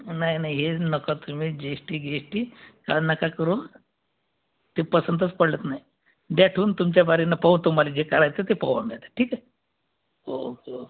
नाही नाही हे नका तुम्ही G S T G S T नका करू ते पसंतच पडत नाही द्या ठेवून तुमच्या बारीनं पाहू तुम्हाला जे करायचं ते पाहू आम्ही आता ठीक आहे ओके ओके